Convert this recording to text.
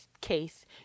case